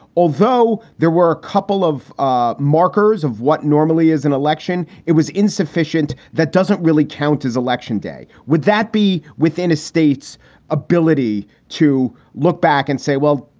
although there were a couple of ah markers of what normally is an election, it was insufficient. that doesn't really count as election day. would that be within a state's ability to look back and say, well,